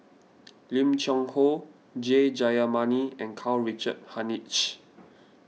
Lim Cheng Hoe K Jayamani and Karl Richard Hanitsch